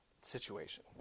situation